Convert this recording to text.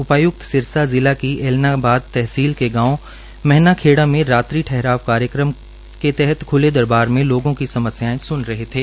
उपायुक्त सिरसा जिला की ऐलनाबाद तहसील के गांव मैहनाखेड़ा में रात्रि ठहराव कार्यक्रम के तहत ख्ले दरबार में लोगों की समस्याएं स्न रहे थे